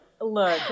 look